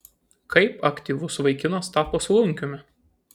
kaip aktyvus vaikinas tapo slunkiumi